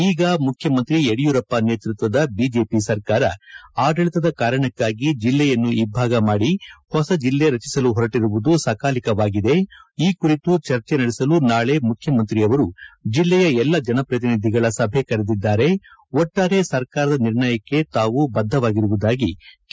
ಈಗ ಮುಖ್ಯಮಂತ್ರಿ ಯಡಿಯೂರಪ್ಪ ನೇತೃತ್ವದ ಬಿಜೆಪಿ ಸರ್ಕಾರ ಆದಳಿತದ ಕಾರಣಕ್ಕಾಗಿ ಜಿಲ್ಲೆಯನ್ನು ಇಬ್ಬಾಗ ಮಾಡಿ ಹೊಸ ಜಿಲ್ಲೆ ರಚಿಸಲು ಹೊರಟಿರುವುದು ಸಕಾಲಿಕವಾಗಿದೆ ಈ ಕುರಿತು ಚರ್ಚೆ ನಡೆಸಲು ನಾಳೆ ಮುಖ್ಯಮಂತ್ರಿ ಅವರು ಜಿಲ್ಲೆಯ ಎಲ್ಲ ಜನಪ್ರತಿನಿಧಿಗಳ ಸಭೆ ಕರೆದಿದ್ದಾರೆ ಒಟ್ಟಾರೆ ಸರ್ಕಾರದ ನಿರ್ಣಯಕ್ಕೆ ತಾವು ಬದ್ದವಾಗಿರುವುದಾಗಿ ಕೆ